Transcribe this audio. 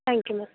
thank you ma'am